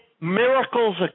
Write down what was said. miracles